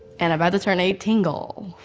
and i'd rather turn eight-tingle.